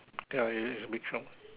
ya it is a big shop